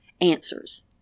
answers